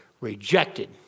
rejected